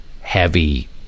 heavy